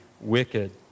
wicked